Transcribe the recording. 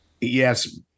Yes